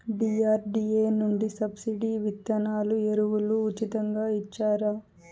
DRDA నుండి subsidy విత్తనాలు ఎరువులు ఉచితంగా ఇచ్చారా?